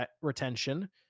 retention